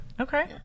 Okay